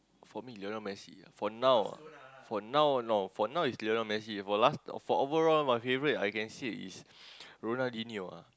for me Lionel-Messi for now ah for now know for now is Lionel-Messi for last for overall my favorite I can say is Ronaldinio